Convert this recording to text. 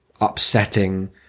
upsetting